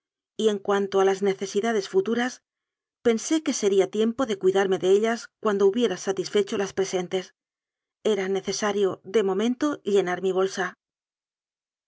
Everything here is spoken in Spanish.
y en cuanto a las necesidades futuras pensé que sería tiempo de cuidarme de ellas cuan do hubiera satisfecho las presentes era necesa rio de momento llenar mi bolsa